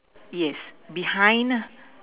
yes behind